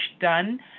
done